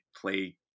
play